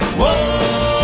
whoa